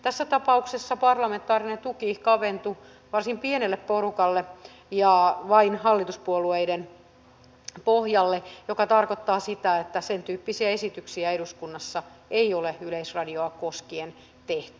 tässä tapauksessa parlamentaarinen tuki kaventui varsin pienelle porukalle ja vain hallituspuolueiden pohjalle mikä tarkoittaa sitä että sentyyppisiä esityksiä eduskunnassa ei ole yleisradiota koskien tehty